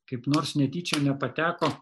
kaip nors netyčia nepateko